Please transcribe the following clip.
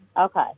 Okay